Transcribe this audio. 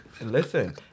listen